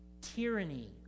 Tyranny